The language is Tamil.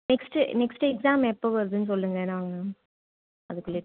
நெக்ஸ்ட்டு நெக்ஸ்ட்டு எக்ஸாம் எப்போ வருதுன்னு சொல்லுங்கள் நான் அதுக்குள்ளே